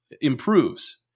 improves